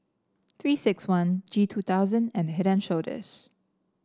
Three six one G two thousand and Head And Shoulders